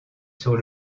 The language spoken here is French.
sur